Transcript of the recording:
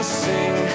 sing